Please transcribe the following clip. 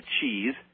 cheese